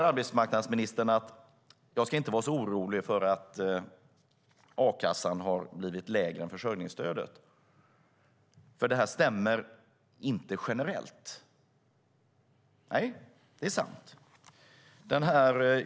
Arbetsmarknadsministern säger också att jag inte ska vara orolig för att a-kassan har blivit lägre än försörjningsstödet eftersom det inte stämmer generellt. Nej, det är sant.